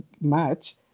match